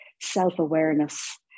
self-awareness